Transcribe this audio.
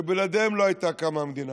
שבלעדיהם לא הייתה קמה המדינה.